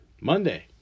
Monday